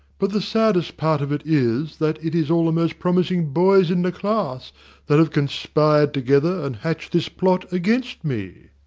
but the saddest part of it is that it is all the most promising boys in the class that have conspired together and hatched this plot against me.